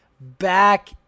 back